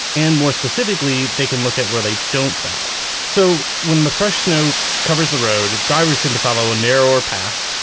and more specifically, they can look at where they don't drive. so, when the fresh snow covers the road, drivers seem to follow a narrower path.